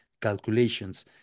calculations